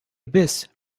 abyss